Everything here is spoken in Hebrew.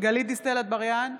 גלית דיסטל אטבריאן,